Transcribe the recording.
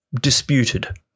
disputed